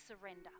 surrender